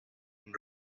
and